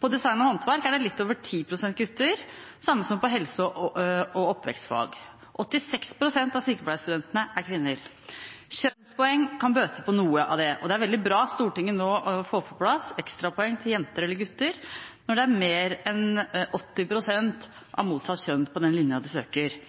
På design og håndverk er det litt over 10 pst. gutter, det samme som på helse- og oppvekstfag. 86 pst. av sykepleierstudentene er kvinner. Kjønnspoeng kan bøte på noe av det, og det er veldig bra at Stortinget nå får på plass ekstrapoeng til jenter eller gutter når det er mer enn 80 pst. av motsatt kjønn på den linja de søker.